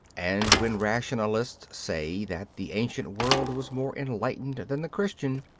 and when rationalists say that the ancient world was more enlightened than the christian,